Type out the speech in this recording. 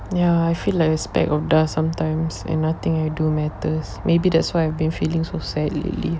ya I feel like a speck of dust sometimes and nothing I do matters maybe that's why I've been feeling so sad lately